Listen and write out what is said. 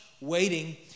waiting